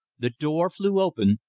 the door flew open,